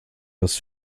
dass